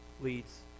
leads